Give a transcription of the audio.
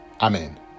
amen